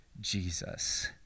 Jesus